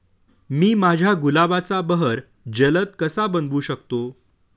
मी माझ्या गुलाबाचा बहर जलद कसा बनवू शकतो?